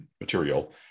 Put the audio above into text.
material